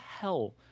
hell